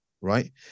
Right